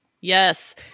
yes